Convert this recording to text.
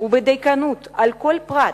ובדייקנות על כל פרט,